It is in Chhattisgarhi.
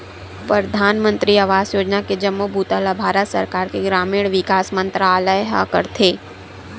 परधानमंतरी आवास योजना के जम्मो बूता ल भारत सरकार के ग्रामीण विकास मंतरालय ह करथे